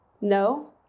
No